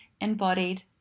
embodied